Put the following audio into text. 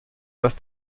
dass